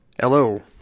Hello